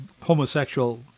homosexual